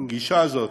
הגישה הזאת,